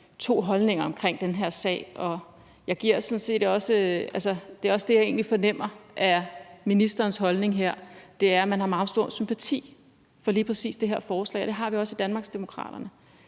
to holdninger til den her sag, og det er også det, jeg egentlig fornemmer er ministerens holdning her. Det er altså, at man har meget stor sympati for lige præcis det her forslag, og det har vi også i Danmarksdemokraterne.